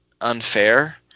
unfair